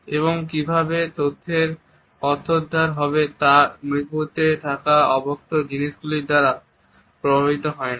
এবং কিভাবে তথ্যের অর্থোদ্ধার হবে তা নৈপথ্যে থাকা অব্যক্ত জিনিস গুলির দ্বারা প্রভাবিত হয় না